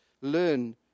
learn